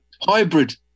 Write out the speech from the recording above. hybrid